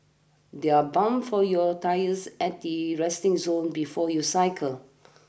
there are pumps for your tyres at the resting zone before you cycle